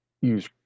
use